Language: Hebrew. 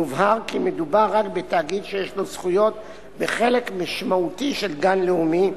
יובהר כי מדובר רק בתאגיד שיש לו זכויות בחלק משמעותי של גן לאומי,